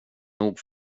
nog